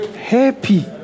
happy